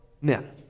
men